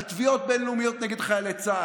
BDS,